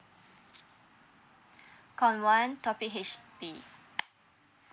call one topic H_D_B